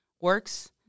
works